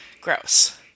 gross